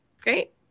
Great